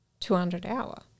200-hour